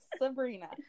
Sabrina